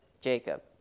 Jacob